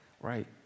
right